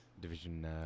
Division